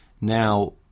now